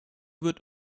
wird